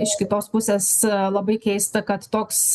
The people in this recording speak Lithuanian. iš kitos pusės labai keista kad toks